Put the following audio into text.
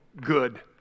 good